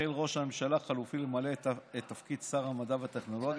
החל ראש הממשלה החלופי למלא את תפקיד שר המדע והטכנולוגיה,